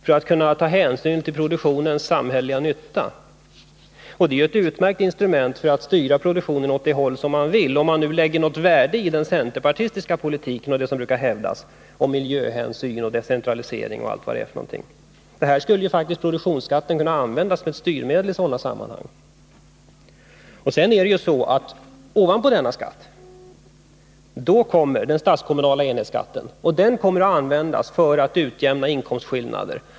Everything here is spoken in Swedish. Man kan ta hänsyn till produktionens samhälleliga nytta. Det är ett utmärkt sätt att styra produktionen åt det håll man vill. Om man tillmäter den centerpartistiska politiken något värde när det gäller miljöhänsyn, decentralisering och allt vad det är för någonting, skulle produktionsskatten kunna användas som ett styrmedel i sådana sammanhang. Ovanpå denna skatt kommer den statskommunala enhetsskatten. Den kommer att användas för att utjämna inkomstskillnader.